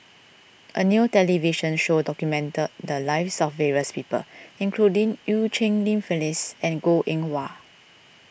a new television show documented the lives of various people including Eu Cheng Li Phyllis and Goh Eng Wah